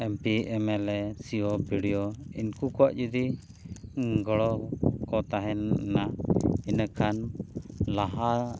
M P M L A C O B D O ᱩᱱᱠᱩ ᱠᱚᱣᱟᱜ ᱡᱩᱫᱤ ᱜᱚᱲᱚ ᱠᱚ ᱛᱟᱦᱮᱱᱟ ᱤᱱᱟᱹ ᱠᱷᱟᱱ ᱞᱟᱦᱟ